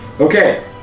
Okay